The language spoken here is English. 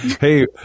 hey